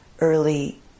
early